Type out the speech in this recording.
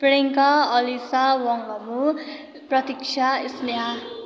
प्रियङ्का अलिसा वङलमु प्रतीक्षा स्नेहा